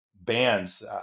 bands